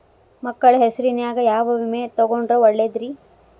ಮಕ್ಕಳ ಹೆಸರಿನ್ಯಾಗ ಯಾವ ವಿಮೆ ತೊಗೊಂಡ್ರ ಒಳ್ಳೆದ್ರಿ?